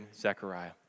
Zechariah